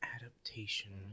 adaptation